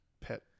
Pet